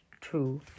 true